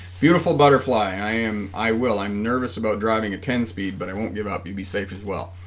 beautiful butterfly i am i will i'm nervous about driving a ten-speed but it won't be about b be safe as well